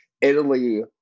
italy